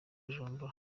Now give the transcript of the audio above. bujumbura